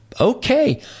Okay